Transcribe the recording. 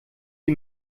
sie